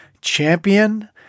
champion